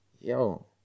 yo